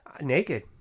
naked